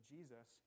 Jesus